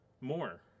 more